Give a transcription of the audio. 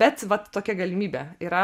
bet vat tokia galimybė yra